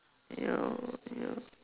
ya ya